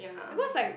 because like